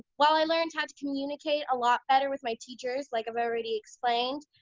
well i learned how to communicate a lot better with my teachers, like i've already explained,